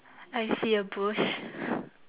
I see a bush